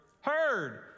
heard